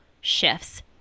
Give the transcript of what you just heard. shifts